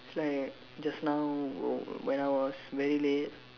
it's like just now when I was very late